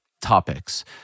topics